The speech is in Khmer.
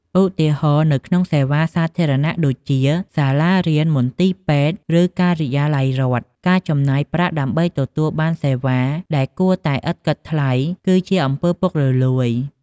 ឧទាហរណ៍ នៅក្នុងសេវាសាធារណៈដូចជា សាលារៀន មន្ទីរពេទ្យ ឬការិយាល័យរដ្ឋ ការចំណាយប្រាក់ដើម្បីទទួលបានសេវាដែលគួរតែឥតគិតថ្លៃ គឺជាអំពើពុករលួយ។